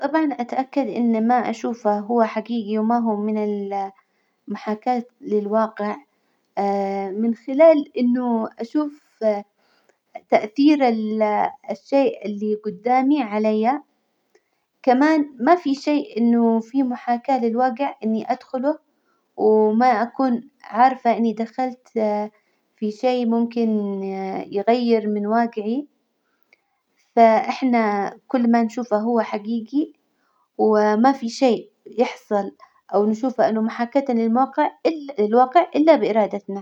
طبعا أتأكد إن ما أشوفه هو حجيجي وما هو من ال- محاكاة للواقع من خلال إنه أشوف تأثير ال- الشيء اللي جدامي علي، كمان ما في شيء إنه في محاكاة للواجع إني أدخله وما أكون عارفة إني دخلت في شي ممكن يغير من واجعي، فإحنا كل ما نشوفه هو حجيجي، وما في شي يحصل أو نشوفه إنه محاكاة للموقع- إلا- للواقع إلا بإرادتنا.